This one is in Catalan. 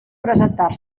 presentar